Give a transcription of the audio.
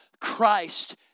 Christ